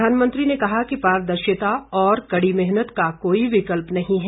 प्रधानमंत्री ने कहा कि पारदर्शिता और कड़ी मेहनत का कोई विकल्प नहीं है